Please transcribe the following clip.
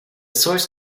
source